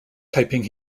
typing